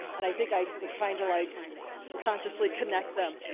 and i think i was trying to like subconsciously connect them.